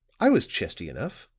i was chesty enough.